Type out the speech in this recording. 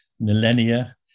millennia